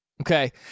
Okay